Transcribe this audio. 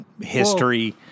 history